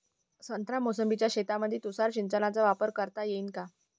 संत्रा मोसंबीच्या शेतामंदी तुषार सिंचनचा वापर करता येईन का?